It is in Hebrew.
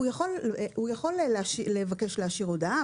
הוא יכול לבקש להשאיר הודעה,